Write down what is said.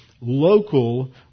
local